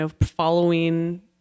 following